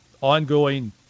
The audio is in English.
ongoing